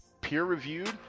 peer-reviewed